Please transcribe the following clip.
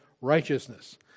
righteousness